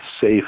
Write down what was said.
safe